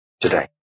today